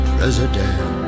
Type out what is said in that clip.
President